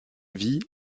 vie